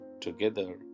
together